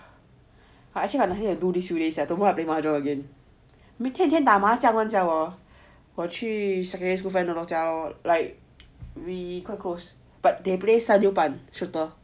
but actually I nothing to do this few days sia I don't mind playing mahjong again 每天天打麻将 sia 我我去 secondary school friend 的家 like we quite close but they play 三六版 total not cheap